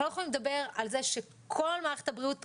אנחנו לא יכולים לדבר על זה שכל מערכת הבריאות פה